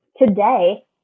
Today